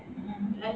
mmhmm